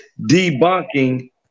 debunking